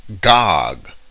Gog